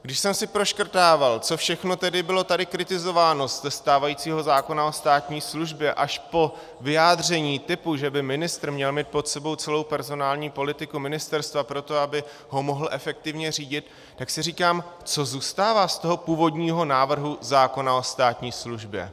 Když jsem si proškrtával, co všechno tady bylo kritizováno ze stávajícího zákona o státní službě až po vyjádření typu, že by ministr měl mít pod sebou celou personální politiku ministerstva proto, aby ho mohl efektivně řídit, tak si říkám: Co zůstává z toho původního návrhu zákona o státní službě?